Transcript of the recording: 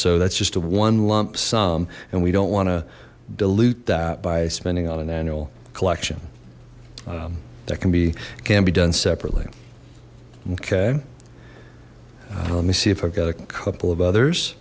so that's just a one lump sum and we don't want to dilute that by spending on an annual collection that can be can be done separately okay let me see if i've got a couple of others